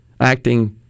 acting